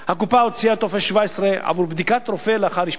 הקופה הוציאה טופס 17 עבור "בדיקת רופא לאחר אשפוז".